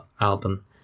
album